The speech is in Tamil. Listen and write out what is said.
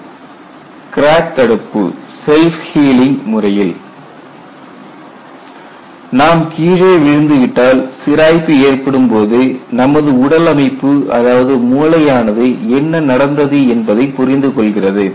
Self Healing - a Methodology for Crack Arrest crack தடுப்பு செல்ப் ஹீலிங் முறையில் நாம் கீழே விழுந்துவிட்டால் சிராய்ப்பு ஏற்படும் போது நமது உடல் அமைப்பு அதாவது மூளை ஆனது என்ன நடந்தது என்பதை புரிந்துகொள்கிறது